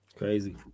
Crazy